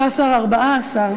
6) (חניה באזור המיועד לפריקה ולטעינה),